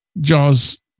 JAWS